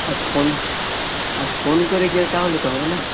আর phone আর phone করে গেলে তাহলে তো হবে না